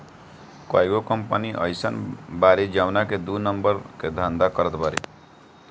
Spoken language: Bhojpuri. कईगो कंपनी अइसन बाड़ी जवन की दू नंबर कअ धंधा करत बानी